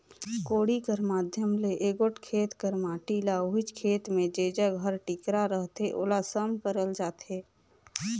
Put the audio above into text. कोड़ी कर माध्यम ले एगोट खेत कर माटी ल ओहिच खेत मे जेजग हर टिकरा रहथे ओला सम करल जाथे